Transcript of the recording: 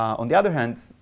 on the other hand,